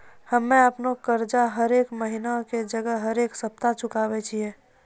हम्मे अपनो कर्जा हरेक महिना के जगह हरेक सप्ताह चुकाबै छियै